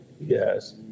Yes